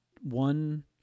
one